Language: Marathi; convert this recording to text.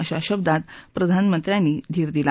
अशा शब्दात प्रधानमंत्र्यांनी धीर दिला